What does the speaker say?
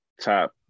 top